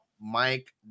Mike